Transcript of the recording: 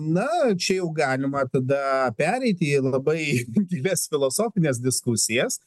na čia jau galima tada pereiti į labai gilias filosofines diskusijas